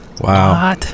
Wow